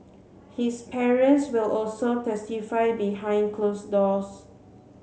his parents will also testify behind close doors